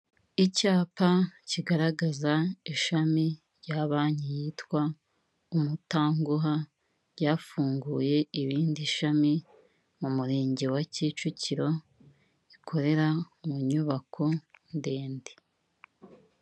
Icyapa kigaragaza ishami rya banki yitwa umutanguha ryafunguye irindi shami mu murenge wa Kicukiro rikorera mu nyubako ndende.